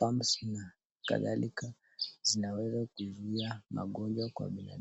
Mumps na kadhalika. Inaweza zuia magonjwa kwa binadamu.